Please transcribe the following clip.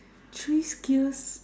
three skills